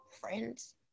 friends